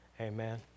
Amen